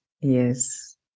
Yes